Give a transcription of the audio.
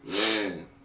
Man